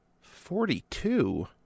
Forty-two